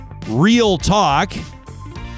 RealTalk